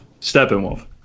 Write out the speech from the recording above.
Steppenwolf